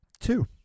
Two